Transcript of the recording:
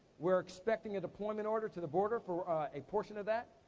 we're expecting a deployment order to the border for a portion of that,